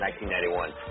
1991